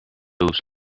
lose